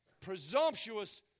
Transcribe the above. presumptuous